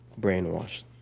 brainwashed